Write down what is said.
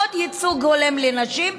עוד ייצוג הולם לנשים,